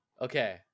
Okay